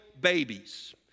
babies